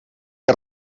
que